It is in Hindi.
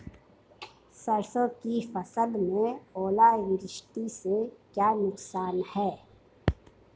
सरसों की फसल में ओलावृष्टि से क्या नुकसान है?